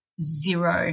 zero